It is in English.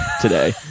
today